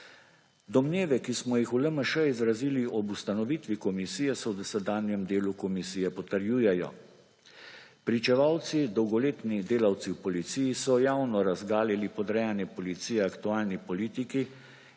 Domneve, ki smo jih v LMŠ izrazili ob ustanovitvi komisije, se v sedanjem delu komisije potrjujejo. Pričevalci – dolgoletni delavci v policiji so javno razgalili podrejanje policije aktualni politiki